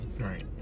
Right